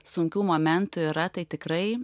sunkių momentų yra tai tikrai